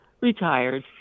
Retired